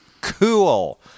cool